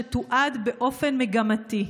שתועד באופן מגמתי.